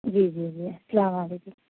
جی جی جی السّلام علیکم